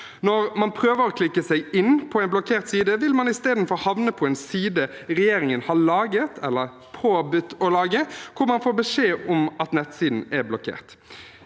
Når man prøver å klikke seg inn på en blokkert side, vil man istedenfor havne på en side regjeringen har laget, eller påbudt å lage, hvor man får beskjed om at nettsiden er blokkert.